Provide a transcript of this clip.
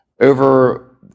Over